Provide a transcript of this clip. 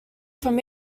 from